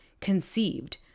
conceived